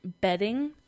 bedding